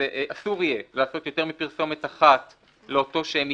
אסור יהיה לעשות יותר מפרסומת אחת לאותו שם מסחרי,